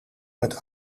met